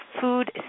food